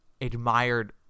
admired